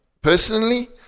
personally